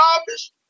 office